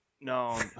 No